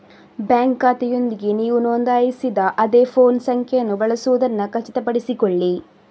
bank ಖಾತೆಯೊಂದಿಗೆ ನೀವು ನೋಂದಾಯಿಸಿದ ಅದೇ ಫೋನ್ ಸಂಖ್ಯೆಯನ್ನು ಬಳಸುವುದನ್ನು ಖಚಿತಪಡಿಸಿಕೊಳ್ಳಿ